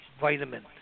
vitamin